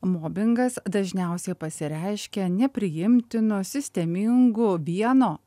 mobingas dažniausiai pasireiškia nepriimtinu sistemingu vieno